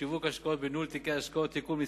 בשיווק השקעות ובניהול תיקי השקעות (תיקון מס'